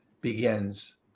begins